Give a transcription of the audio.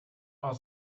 are